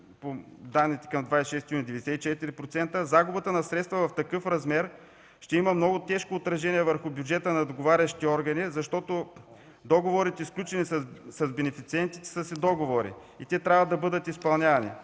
по данни към 26 юни са 94%. Загубата на средства в такъв размер ще има много тежко отражение върху бюджета на договарящите органи, защото договорите, сключени с бенефициентите, са си договори и трябва да бъдат изпълнявани,